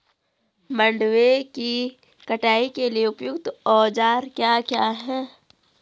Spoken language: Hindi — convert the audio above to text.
मंडवे की कटाई के लिए उपयुक्त औज़ार क्या क्या हैं?